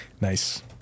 Nice